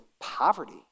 poverty